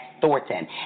Thornton